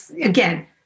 again